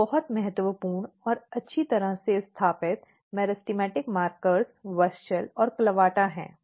दो बहुत महत्वपूर्ण और अच्छी तरह से स्थापित मेरिस्टेमेटिक मार्कर WUSCHEL और CLAVATA हैं